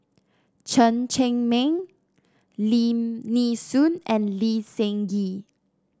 Chen Cheng Mei Lim Nee Soon and Lee Seng Gee